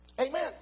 Amen